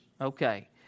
Okay